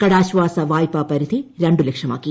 കടാശ്ചാസ വായ്പാ പരിധി രണ്ടുലക്ഷമാക്കി